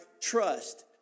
trust